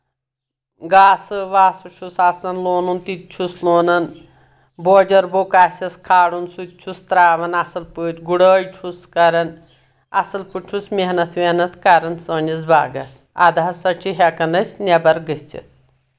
گاسہٕ واسہٕ چھُس آسان لونُن تِتہِ چھُس لونان بوجر بوٚک آسؠس کھالُن سُہ تہِ چھُس ترٛاوَان اَصٕل پٲٹھۍ گُڑٲے چھُس کران اَصٕل پٲٹھۍ چھُس محنت وؠحنت کران سٲنِس باغس اَدسا چھِ ہؠکان أسۍ نؠبر گٔژھِتھ